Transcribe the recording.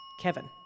Kevin